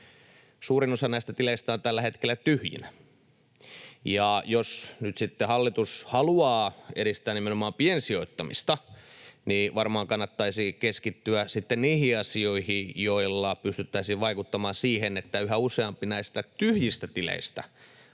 Suurin osa näistä tileistä on tällä hetkellä tyhjinä. Ja jos nyt sitten hallitus haluaa edistää nimenomaan piensijoittamista, niin varmaan kannattaisi keskittyä sitten niihin asioihin, joilla pystyttäisiin vaikuttamaan siihen, että yhä useampi näistä tyhjistä tileistä